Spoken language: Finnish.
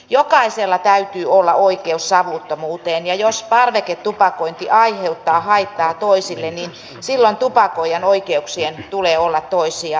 jokaisella täytyy olla oikeus savuttomuuteen ja jos parveketupakointi aiheuttaa haittaa toisille niin silloin tupakoijan oikeuksien tulee olla toissijaisia